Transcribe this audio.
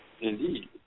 Indeed